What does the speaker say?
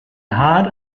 hart